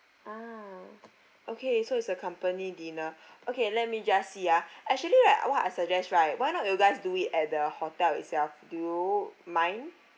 ah okay so is a company dinner okay let me just see ah actually right what I suggest right why not you guys do it at the hotel itself do you mind